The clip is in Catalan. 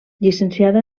llicenciada